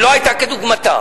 שלא היתה כדוגמתה.